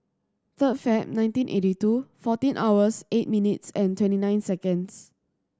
third Feb nineteen eighty two fourteen hours eight minutes and twenty nine seconds